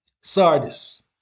Sardis